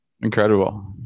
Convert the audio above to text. Incredible